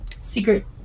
Secret